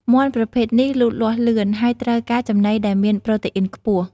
មាន់ប្រភេទនេះលូតលាស់លឿន ហើយត្រូវការចំណីដែលមានប្រូតេអ៊ីនខ្ពស់។